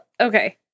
okay